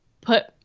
put